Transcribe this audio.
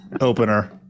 opener